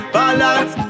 balance